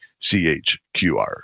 CHQR